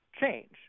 change